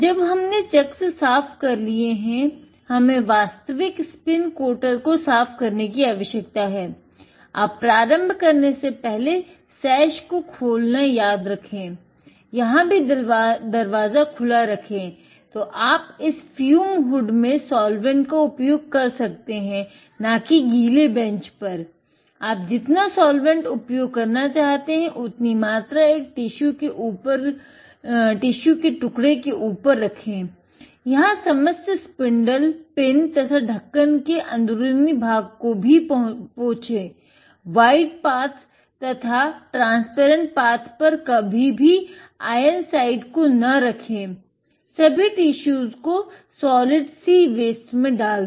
जब हमने चक्स साफ़ कर लिए है हमे वास्तविक स्पिन कोटर में डाल दे